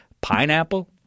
Pineapple